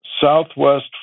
Southwest